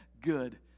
good